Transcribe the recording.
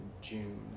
June